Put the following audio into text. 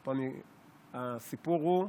פה הסיפור הוא,